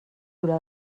dura